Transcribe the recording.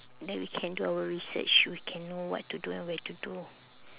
then we can do our research we can know what to do and where to do